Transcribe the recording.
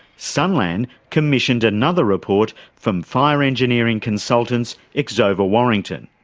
sunland commissioned another report, from fire engineering consultants exova warrington.